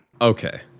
Okay